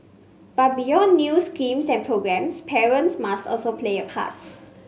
but beyond new schemes and programmes parents must also play a part